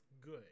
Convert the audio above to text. good